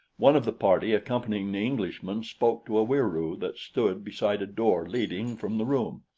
one of the party accompanying the englishman spoke to a wieroo that stood beside a door leading from the room.